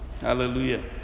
Hallelujah